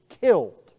killed